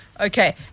Okay